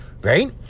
Right